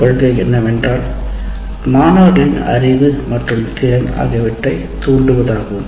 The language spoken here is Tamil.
பின்னர் நீங்கள் மாணவரின் அறிவு மற்றும் திறன் குறித்த முந்தைய மன மாதிரியை செயல்படுத்துகிறீர்கள்